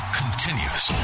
continues